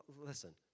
Listen